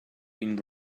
been